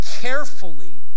carefully